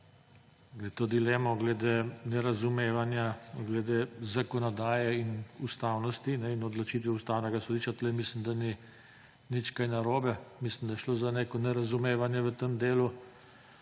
to dilemo nerazumevanja glede zakonodaje in ustavnosti in odločitve Ustavnega sodišča. Tu mislim, da ni nič kaj narobe. Mislim, da je šlo za neko nerazumevanje v tem delu.